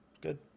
Good